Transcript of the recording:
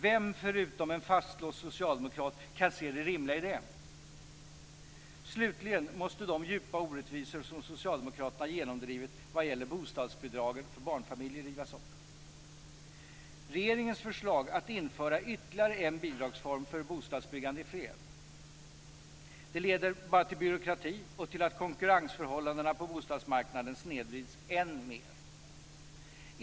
Vem, förutom en fastlåst socialdemokrat, kan se det rimliga i det? Slutligen måste de djupa orättvisor som socialdemokraterna genomdrivit vad gäller bostadsbidragen till barnfamiljer rivas upp. Regeringens förslag att införa ytterligare en bidragsform för bostadsbyggande är fel. Det leder bara till byråkrati och till att konkurrensförhållandena på bostadsmarknaden snedvrids än mer.